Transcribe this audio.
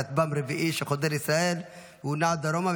כטב"ם רביעי חודר לישראל ונע דרומה,